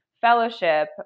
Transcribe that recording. fellowship